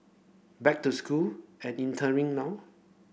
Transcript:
back to school and interning now